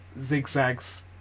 zigzags